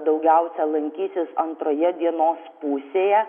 daugiausia lankysis antroje dienos pusėje